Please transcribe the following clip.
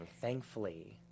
Thankfully